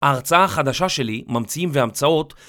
ההרצאה החדשה שלי, "ממציאים והמצאות",